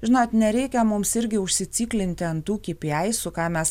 žinot nereikia mums irgi užsiciklinti ant tų kipi aisų ką mes